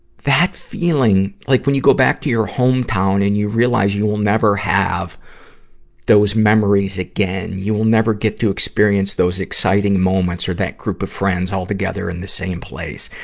that feeling, feeling, like, when you go back to your home town and you realize you will never have those memories again. you will never get to experience those exciting moments or that group of friends all together in the same place.